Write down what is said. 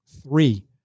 three